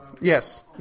Yes